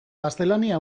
gaztelania